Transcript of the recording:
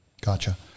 Gotcha